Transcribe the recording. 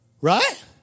Right